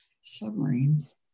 submarines